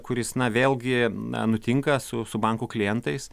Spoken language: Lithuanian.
kuris na vėlgi na nutinka su su bankų klientais